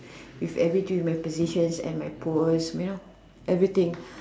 with every drill in my position and my post you know everything